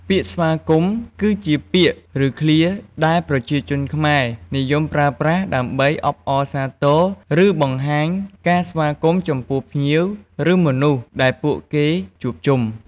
ពាក្យស្វាគមន៍គឺជាពាក្យឬឃ្លាដែលប្រជាជនខ្មែរនិយមប្រើប្រាស់ដើម្បីអបអរសាទរ ឬបង្ហាញការស្វាគមន៍ចំពោះភ្ញៀវ ឬមនុស្សដែលពួកគេជួបជុំ។